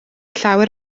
llawer